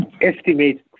estimate